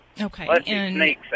Okay